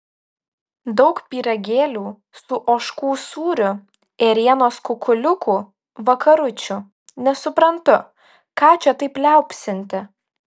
daug pyragėlių su ožkų sūriu ėrienos kukuliukų vakaručių nesuprantu ką čia taip liaupsinti